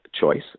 choice